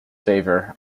favor